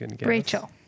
Rachel